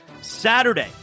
Saturday